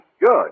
Good